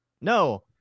no